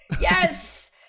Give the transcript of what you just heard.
Yes